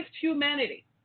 humanity